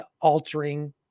altering